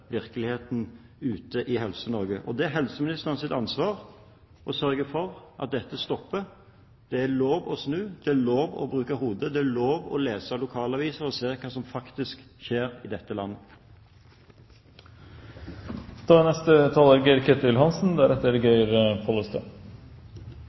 virkeligheten ute i Helse-Norge. Det er helseministerens ansvar å sørge for at dette stopper. Det er lov å snu! Det er lov å bruke hodet, og det er lov å lese lokalaviser og se hva som faktisk skjer i dette landet. Det er